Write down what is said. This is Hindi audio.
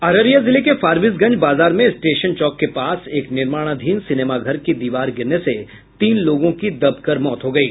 अररिया जिले के फारबिसगंज बाजार में स्टेशन चौक के पास एक निर्माणाधीन सिनेमाघर की दीवार गिरने से तीन लोगों की दब कर मौत हो गयी